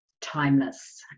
timeless